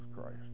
Christ